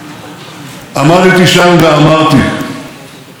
אנחנו כאן, חזרנו.